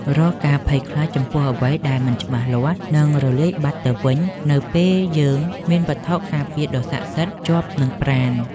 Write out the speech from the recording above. រាល់ការភ័យខ្លាចចំពោះអ្វីដែលមិនច្បាស់លាស់នឹងរលាយបាត់ទៅវិញនៅពេលយើងមានវត្ថុការពារដ៏ស័ក្តិសិទ្ធិជាប់នឹងប្រាណ។